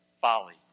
folly